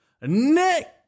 Nick